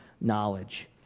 knowledge